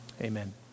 amen